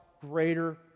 greater